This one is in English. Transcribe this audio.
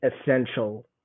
essential